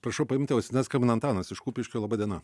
prašau paimti ausines skambina antanas iš kupiškio laba diena